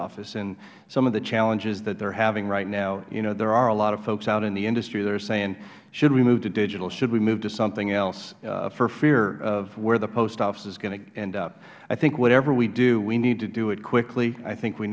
office and some of the challenges that they are having right now you know there are a lot of folks out in the industry that are saying should we move to digital should we move to something else for fear of where the post office is going to end up i think whatever we do we need to do it quickly i think we